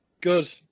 Good